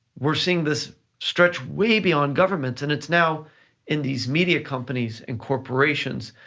we're seeing this stretch way beyond governments and it's now in these media companies and corporations,